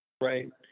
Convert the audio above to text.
Right